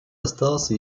остался